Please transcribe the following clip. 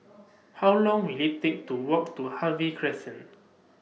How Long Will IT Take to Walk to Harvey Crescent